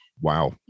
wow